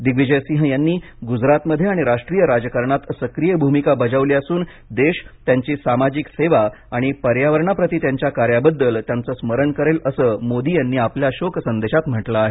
दिग्विजयसिंह यांनी गुजरातमध्ये आणि राष्ट्रीय राजकाणात सक्रिय भूमिका बजावली असून देश त्यांची सामाजिक सेवा आणि पर्यावरणाप्रती त्यांच्या कार्याबद्दल त्यांचं स्मरण करेल असं मोदी यांनी आपल्या शोक संदेशात म्हटलं आहे